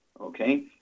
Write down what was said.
Okay